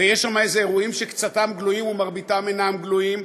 יש שם איזה אירועים שקצתם גלויים ומרביתם אינם גלויים,